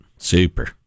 Super